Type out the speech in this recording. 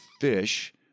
fish